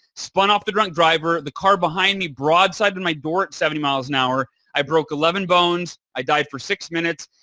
spun off the drunk driver. the car behind me broadsided my door at seventy miles an hour. i broke eleven bones. i died for six minutes,